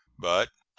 but,